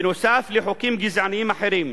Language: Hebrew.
נוסף על חוקים גזעניים אחרים,